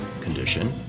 condition